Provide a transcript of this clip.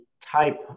type